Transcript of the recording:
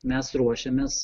mes ruošiamės